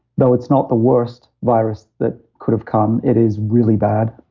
though it's not the worst virus that could have come, it is really bad,